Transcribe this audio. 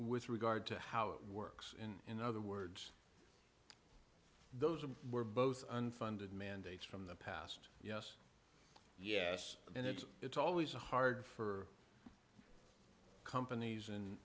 with regard to how it works in other words those were both unfunded mandates from the past yes yes and it's it's always a hard for companies and